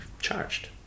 charged